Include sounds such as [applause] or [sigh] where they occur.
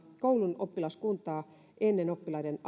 koulun oppilaskuntaa ennen oppilaiden [unintelligible]